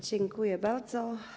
Dziękuję bardzo.